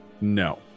no